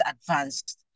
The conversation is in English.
advanced